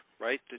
right